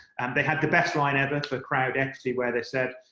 and they had the best line ever for crowd equity where they said,